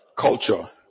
culture